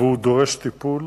ודורש טיפול,